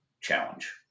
challenge